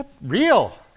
real